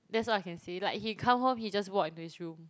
that's what I can say like he come home he just walk into his room